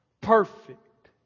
Perfect